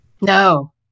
No